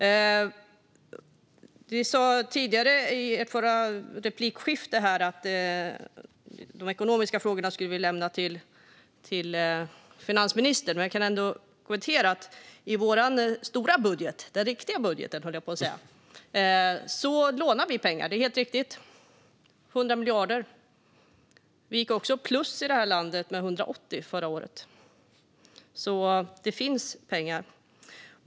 Ledamoten sa i ett tidigare replikskifte att vi ska lämna de ekonomiska frågorna till finansministern. Jag kan ändå kommentera att i vår stora budget - den riktiga budgeten, höll jag på att säga - lånar vi pengar. Det är helt riktigt. Vi lånar 100 miljarder. Vi gick också plus i det här landet med 180 miljarder förra året, så det finns pengar.